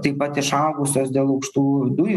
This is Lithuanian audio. taip pat išaugusios dėl aukštų dujų